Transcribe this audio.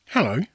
Hello